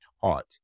taught